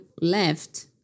left